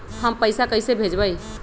हम पैसा कईसे भेजबई?